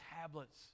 tablets